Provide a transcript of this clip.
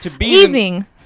Evening